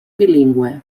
bilingüe